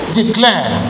declare